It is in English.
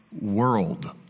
world